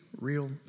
real